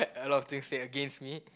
a lot of things still against me